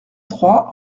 trois